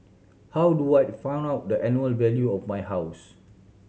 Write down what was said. how do I find out the annual value of my house